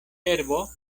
herbo